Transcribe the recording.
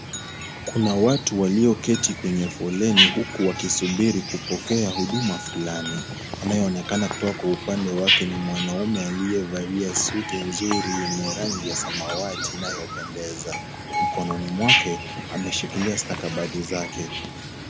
Kuna watu walioketi kwenye foleni huku wakisubiri kupokea huduma fulani. Anayeonekana kutoka upande wake ni mwanaume aliyevalia suti nzuri yenye rangi ya samawati inayopendeza. Mkononi mwake ameshikilia stakabadhi zake.